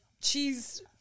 cheese